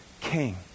king